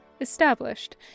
Established